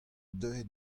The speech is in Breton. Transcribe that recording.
deuet